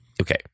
okay